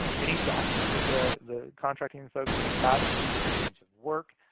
any documents that the the contracting and folks have attached, such as statements of work,